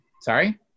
Sorry